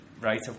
Right